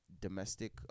domestic